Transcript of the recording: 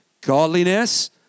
godliness